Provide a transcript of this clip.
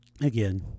again